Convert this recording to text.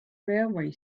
railway